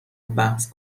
بحث